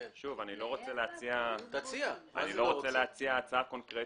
שוב, אני לא רוצה להציע הצעה קונקרטית.